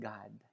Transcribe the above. God